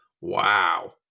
wow